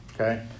Okay